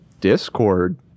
Discord